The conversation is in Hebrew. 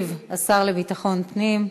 ישיב השר לביטחון פנים,